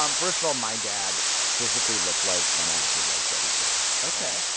um first of all, my dad physically looked like and acted like chevy chase ok.